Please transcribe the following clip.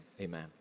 Amen